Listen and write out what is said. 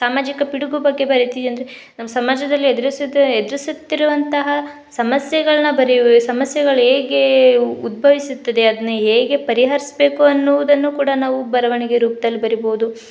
ಸಾಮಾಜಿಕ ಪಿಡುಗು ಬಗ್ಗೆ ಬರಿತೀನಂದರೆ ನಮ್ಮ ಸಮಾಜದಲ್ಲಿ ಎದ್ರುಸಿದ್ ಎದುರಿಸುತ್ತಿರುವಂತಹ ಸಮಸ್ಯೆಗಳನ್ನ ಬರೆಯುವೆ ಸಮಸ್ಯೆಗಳ ಹೇಗೆ ಉದ್ಭವಿಸುತ್ತದೆ ಅದನ್ನ ಹೇಗೆ ಪರಿಹರಿಸ್ಬೇಕು ಅನ್ನುವುದನ್ನು ಕೂಡ ನಾವು ಬರವಣಿಗೆ ರೂಪ್ದಲ್ಲಿ ಬರಿಬೋದು